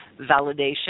validation